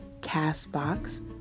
Castbox